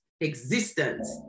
existence